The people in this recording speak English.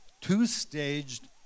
Two-Staged